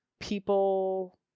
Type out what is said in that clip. People